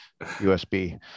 USB